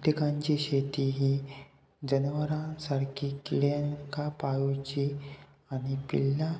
कीटकांची शेती ही जनावरांसारखी किड्यांका पाळूची आणि पिल्ला